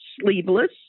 sleeveless